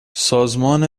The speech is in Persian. سازمان